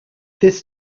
this